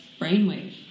brainwave